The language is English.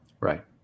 right